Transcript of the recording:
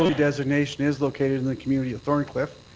redesignation is located in the community of thorn cliff.